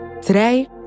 Today